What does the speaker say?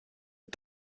are